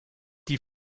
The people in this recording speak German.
die